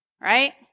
right